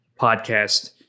Podcast